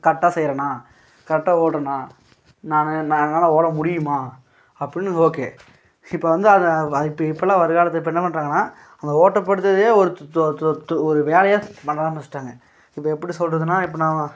கரெக்டாக செய்கிறனா கரெக்டாக ஓடுகிறனா நானு நான் என்னால் ஓட முடியுமா அப்படின்னுது ஓகே இப்போ வந்து அதை வா இப்போ இப்போலாம் வருங்காலத்தில் இப்போ என்ன பண்ணுறாங்கனா அந்த ஓட்ட படுத்தததே ஒரு ஒரு வேலையாக பண்ண ஆரபிச்சிட்டாங்க இப்போ எப்படி சொல்கிறதுனா இப்போ நான்